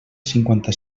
cinquanta